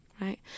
Right